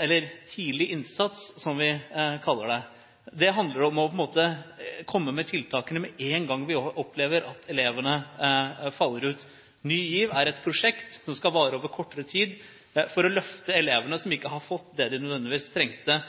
eller tidlig innsats, som vi kaller det. Det handler om å komme med tiltakene med en gang man opplever at elevene faller ut. Ny GIV er et prosjekt som skal vare over kortere tid, for å løfte de elevene som ikke har fått det de nødvendigvis trengte